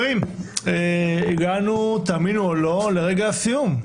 הגענו לרגע הסיום.